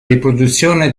riproduzione